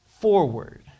forward